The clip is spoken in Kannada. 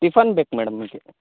ಟಿಫನ್ ಬೇಕು ಮೇಡಮ್ ನಮಗೆ